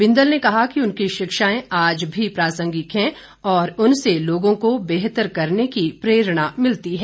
बिंदल ने कहा कि उनकी शिक्षाएं आज भी प्रासंगिक है और उनसे लोगों को बेहतर करने की प्रेरणा मिलती है